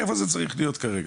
איפה זה צריך להיות כרגע?